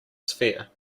sphere